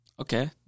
Okay